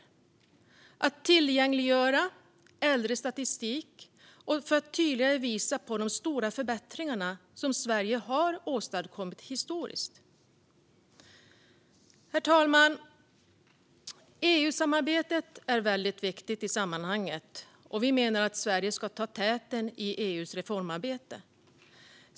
Naturvårdsverket bör alltså tillgängliggöra äldre statistik för att tydligare visa på de stora förbättringar Sverige har åstadkommit historiskt. Herr talman! EU-samarbetet är väldigt viktigt i sammanhanget, och vi menar att Sverige ska ta täten i EU:s reformarbete.